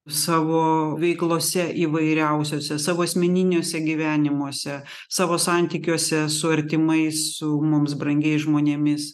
savo veiklose įvairiausiose savo asmeniniuose gyvenimuose savo santykiuose su artimais su mums brangiais žmonėmis